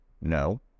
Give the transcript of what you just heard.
No